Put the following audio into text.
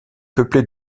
peuplée